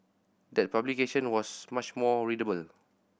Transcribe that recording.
that publication was much more readable